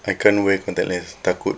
I can't wear contact lens takut